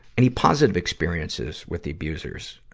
any positive experiences with the abusers?